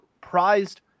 prized